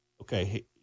okay